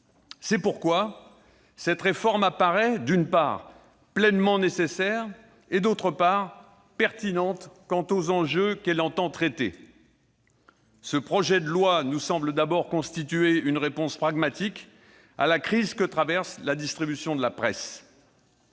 C'est pourquoi cette réforme apparaît, d'une part, pleinement nécessaire, et, d'autre part, pertinente quant aux enjeux qu'elle a vocation à traiter. Ce projet de loi nous semble constituer une réponse pragmatique à la crise que traverse la distribution de la presse.